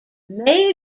may